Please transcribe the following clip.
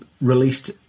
released